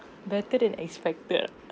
better than expected ah